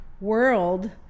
world